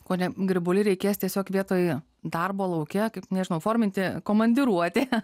kone grybuli reikės tiesiog vietoje darbo lauke kaip nežino forminti komandiruotė